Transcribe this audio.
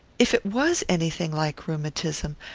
if it was anything like rheumatism,